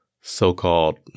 so-called